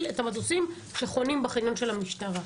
את המטוסים שחונים בחניון של המשטרה.